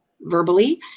verbally